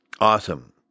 Awesome